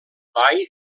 bai